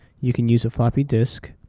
you can use a floppy disk,